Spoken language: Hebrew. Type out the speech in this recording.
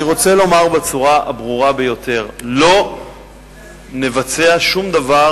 אני רוצה לומר בצורה הברורה ביותר: לא נבצע שום דבר